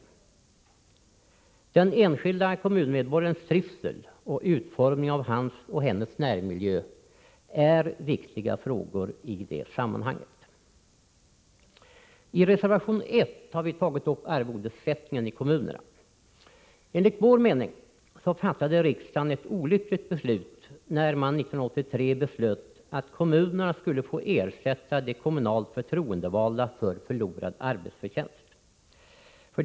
Frågan om den enskilde kommunmedborgarens trivsel och frågan om utformningen av hans/hennes närmiljö är viktiga frågor i det sammanhanget. I reservation nr 1 har vi tagit upp frågan om arvodesersättningen i kommunerna. Enligt vår mening fattade riksdagen ett olyckligt beslut när man 1983 beslöt att kommunerna skulle ge de kommunalt förtroendevalda ersättning för förlorad arbetsförtjänst.